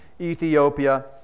Ethiopia